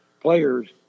players